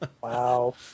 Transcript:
Wow